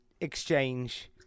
exchange